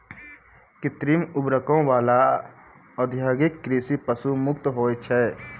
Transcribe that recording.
कृत्रिम उर्वरको वाला औद्योगिक कृषि पशु मुक्त होय छै